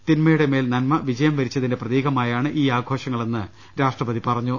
തിന്മയുടെ മേൽ നന്മ വിജയം വരിച്ചതിന്റെ പ്രതീകമായാണ് ഈ ആഘോഷങ്ങളെന്ന് രാഷ്ട്രപതി പറഞ്ഞു